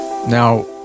Now